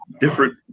Different